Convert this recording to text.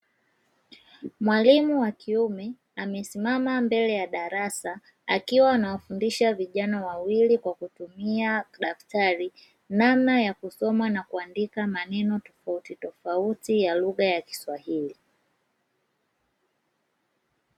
Mwalimu wa kiume amesimama mbele ya darasa, akiwa anawafundisha vijana wawili kwa kutumia daftari, namna ya kusoma na kuandika maneno tofautitofauti ya lugha ya kiswahili.